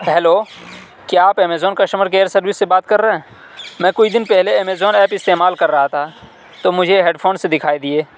hello کیا آپ Amazon customer care service سے بات کر رہے ہیں میں کچھ دن پہلے امیزون ایپ استعمال کر رہا تھا تو مجھے ہیڈ فونس دکھائی دیے